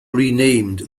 renamed